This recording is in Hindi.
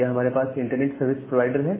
यहां हमारे पास इंटरनेट सर्विस प्रोवाइडर है